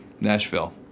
Nashville